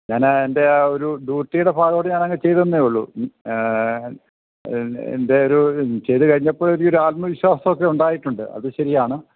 ഞാന് എൻ്റെ ഒരു ഡ്യൂട്ടിയുടെ ഭാഗമായിട്ട് ഞാനങ്ങു ചെയ്തെന്നേ ഉള്ളൂ എൻ്റെ ഒരു ചെയ്തു കഴിഞ്ഞപ്പോൾ എനിക്കൊരു ആത്മവിശ്വാസമൊക്കെ ഉണ്ടായിട്ടുണ്ട് അതു ശരിയാണ്